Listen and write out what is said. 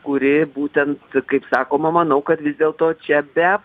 kuri būtent kaip sakoma manau kad vis dėlto čia be